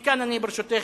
מכאן, ברשותך,